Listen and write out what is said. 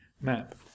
map